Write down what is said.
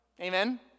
Amen